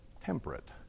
temperate